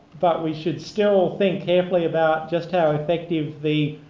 but we should still think carefully about just how effective the